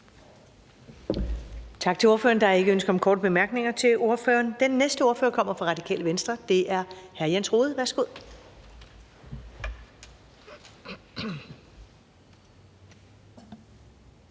Tak til ordføreren. Der er ikke ønsker om korte bemærkninger til ordførere. Den næste ordfører kommer fra Radikale Venstre. Det er hr. Jens Rohde. Værsgo.